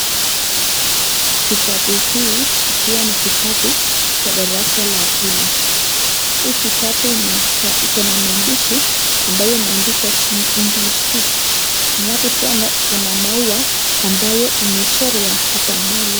Kitabu hii ikiwa ni kitabu cha darasa la pili. Hii kitabu imeandikwa, iko na maandishi ambayo imeandikwa, Junior English 2 . Halafu tena kuna maua ambayo imechorwa hapa mbele.